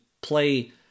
play